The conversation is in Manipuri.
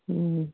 ꯎꯝ